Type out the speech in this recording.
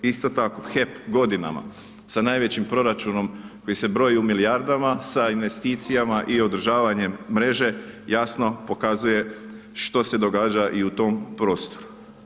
Isto tako HEP godinama sa najvećim proračunom koji se broji u milijardama, sa investicijama i održavanjem mreže jasno pokazuje što se događa i u tom prostoru.